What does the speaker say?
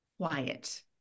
quiet